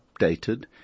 updated